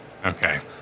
Okay